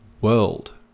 World